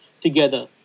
together